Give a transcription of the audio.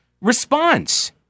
response